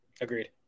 Agreed